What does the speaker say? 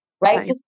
Right